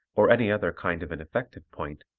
or any other kind of an effective point,